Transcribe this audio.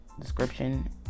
description